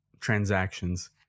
transactions